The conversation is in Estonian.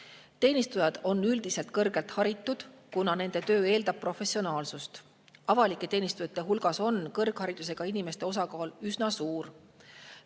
Teenistujad on üldiselt kõrgelt haritud, kuna nende töö eeldab professionaalsust. Avalike teenistujate hulgas on kõrgharidusega inimeste osakaal üsna suur.